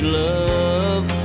love